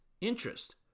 interest